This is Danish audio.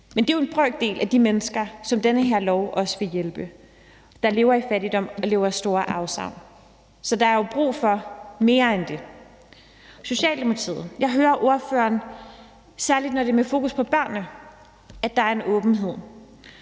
Men det er jo en brøkdel af de mennesker, som den her lov også vil hjælpe, de mennesker, der lever i fattigdom og lever med store afsavn. Så der er brug for mere end det. Jeg hører Socialdemokraternes ordfører, særlig når det er med fokus på børnene, at der er en åbenhed,